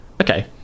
okay